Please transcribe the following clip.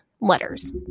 letters